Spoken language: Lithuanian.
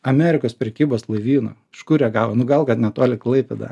amerikos prekybos laivyno iš kur jie gavo nu gal kad netoli klaipėda